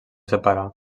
separar